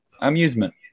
amusement